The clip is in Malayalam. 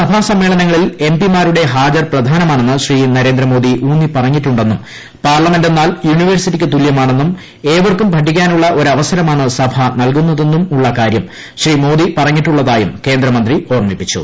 സഭാ സമ്മേളനങ്ങളിൽ എം പിമാരുടെ ഹാജർ പ്രധാനമാണെന്ന് ശ്രീ നരേന്ദ്രമോദി ഊന്നിപ്പറഞ്ഞിട്ടു ന്നും പാർലമെന്റെന്നാൽ യൂണിവേഴ്സിറ്റിയ്ക്ക് തുല്യമാണെന്നും ഏവർക്കും പഠിക്കാനുള്ള ഒരവസരമാണ് സഭ നൽകുന്നതെന്നും ഉള്ള കാര്യം ശ്രീ മോദി പറഞ്ഞിട്ടുള്ളതായും കേന്ദ്രമന്ത്രി ഓർമ്മിപ്പിച്ചു